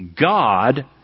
God